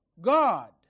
God